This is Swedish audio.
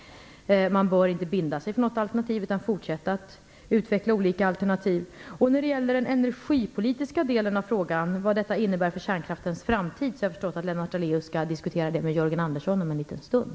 Man bör inte binda sig för något alternativ utan fortsätta att utveckla olika alternativ. När det gäller den energipolitiska delen av frågan - vad detta innebär för kärnkraftens framtid - har jag förstått att Lennart Daléus skall diskutera den med Jörgen Andersson om en liten stund.